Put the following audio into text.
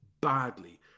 badly